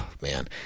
Man